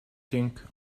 think